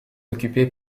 occupé